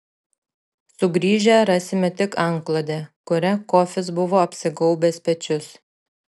sugrįžę rasime tik antklodę kuria kofis buvo apsigaubęs pečius